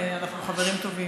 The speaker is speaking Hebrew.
ואנחנו חברים טובים.